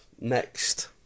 Next